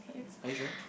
are you sure